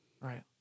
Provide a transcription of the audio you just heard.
right